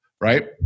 right